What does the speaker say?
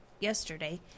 yesterday